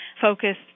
focus